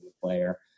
player